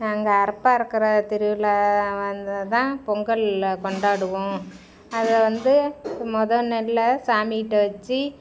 நாங்கள் அறுப்பு அறுக்குற திருவிழா வந்தால் தான் பொங்கலில் கொண்டாடுவோம் அதை வந்து மொதோல் நெல்லை சாமிகிட்ட வச்சு